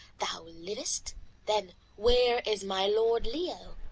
thou livest then where is my lord leo?